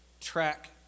track